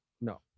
No